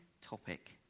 topic